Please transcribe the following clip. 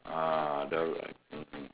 ah that one